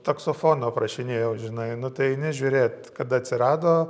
taksofono aprašinėjau žinai nu tai eini žiūrėt kada atsirado